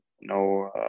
no